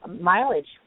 mileage